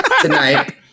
tonight